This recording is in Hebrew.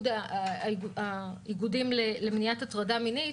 האיגודים למניעת הטרדה מינית,